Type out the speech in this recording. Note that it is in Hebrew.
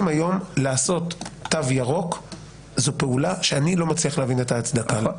לעשות תו ירוק זה פעולה שאני לא מצליח להבין את ההצדקה לה.